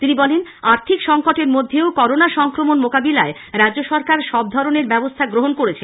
তিনি বলেন আর্থিক সংকটের মধ্যেও করোনা সংক্রমণ মোকাবিলায় রাজ্য সরকার সব ধরনের ব্যবস্থা গ্রহণ করেছে